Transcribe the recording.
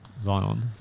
Zion